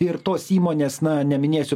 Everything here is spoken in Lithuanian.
ir tos įmonės na neminėsiu